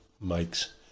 makes